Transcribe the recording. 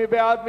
מי בעד?